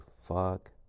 Fuck